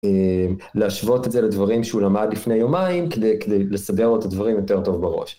אמממ להשוות את זה לדברים שהוא למד לפני יומיים, כדי כדי לסדר לו את הדברים יותר טוב בראש.